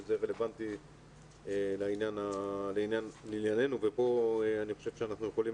שזה רלוונטי לעניינו וכאן אני חושב שאנחנו יכולים